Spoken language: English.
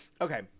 Okay